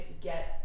get